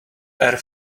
air